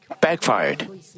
backfired